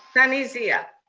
sunny zia.